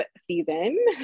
season